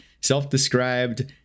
self-described